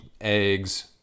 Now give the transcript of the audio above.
eggs